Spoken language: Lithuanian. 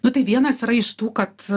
nu tai vienas yra iš tų kad